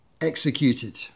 executed